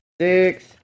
Six